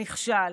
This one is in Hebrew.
נכשל.